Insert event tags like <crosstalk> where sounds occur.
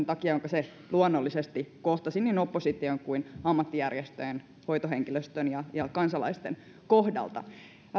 <unintelligible> takia jonka se luonnollisesti kohtasi niin opposition kuin ammattijärjestöjen hoitohenkilöstön ja ja kansalaisten taholta